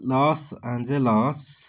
Los Angeles